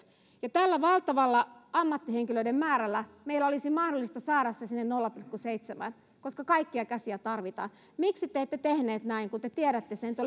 ja tällä valtavalla ammattihenkilöiden määrällä meillä olisi mahdollista saada se sinne nolla pilkku seitsemään koska kaikkia käsiä tarvitaan miksi te ette tehneet näin kun te tiedätte sen te